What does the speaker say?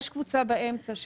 יש קבוצה באמצע.